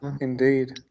indeed